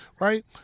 right